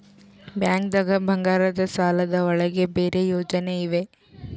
ಬ್ಯಾಂಕ್ದಾಗ ಬಂಗಾರದ್ ಸಾಲದ್ ಒಳಗ್ ಬೇರೆ ಯೋಜನೆ ಇವೆ?